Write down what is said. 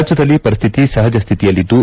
ರಾಜ್ವದಲ್ಲಿ ಪರಿಸ್ಥಿತಿ ಸಹಜಸ್ವಿತಿಯಲ್ಲಿದ್ದು